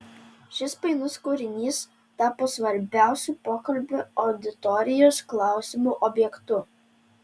šis painus kūrinys tapo svarbiausiu pokalbio auditorijos klausimų objektu